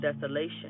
desolation